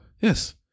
Yes